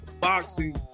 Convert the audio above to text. boxing